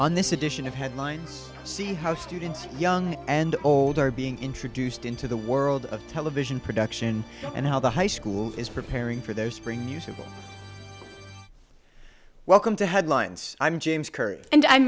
on this edition of headlines see how students young and old are being introduced into the world of television production and how the high school is preparing for their spring musical welcome to headlines i'm james kirk and i'm